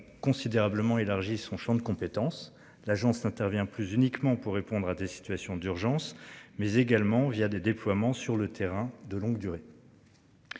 considérablement élargi son Champ de compétences, l'agence n'intervient plus uniquement pour répondre à des situations d'urgence mais également via des déploiements sur le terrain de longue durée.